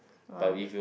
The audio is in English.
!wow!